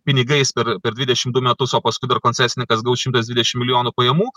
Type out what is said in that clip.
pinigais per per dvidešim du metus o paskui dar koncesininkas gaus šimtas dvidešim milijonų pajamų